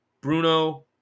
Bruno